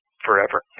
forever